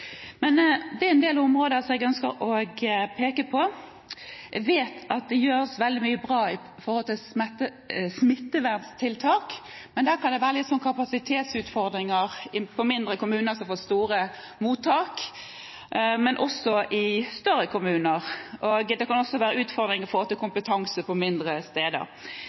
Men det er en del områder jeg ønsker å peke på. Jeg vet at det gjøres veldig mye bra i forhold til smitteverntiltak, men det kan være litt kapasitetsutfordringer for mindre kommuner som får store mottak, og også i større kommuner. Det kan også være utfordringer i forhold til kompetanse på mindre steder.